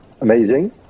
amazing